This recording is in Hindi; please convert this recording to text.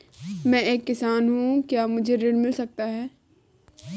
मैं एक किसान हूँ क्या मुझे ऋण मिल सकता है?